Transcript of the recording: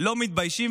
לא מתביישים?